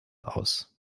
aus